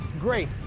Great